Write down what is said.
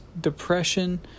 depression